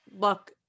look